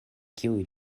kiuj